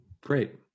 Great